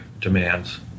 demands